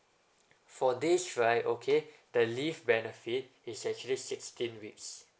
for this right okay the leave benefit is actually sixteen weeks